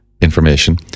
information